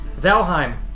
Valheim